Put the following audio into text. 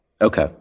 Okay